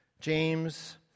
James